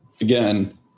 Again